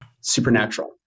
Supernatural